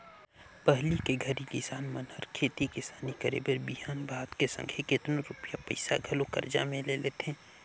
पहिली के घरी किसान मन हर खेती किसानी करे बर बीहन भात के संघे केतनो रूपिया पइसा घलो करजा में ले लेथें